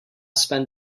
spend